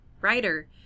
writer